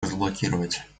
разблокировать